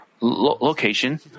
location